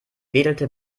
wedelte